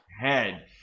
head